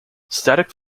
static